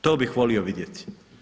To bih volio vidjeti.